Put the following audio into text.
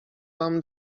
wam